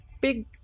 big